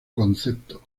concepto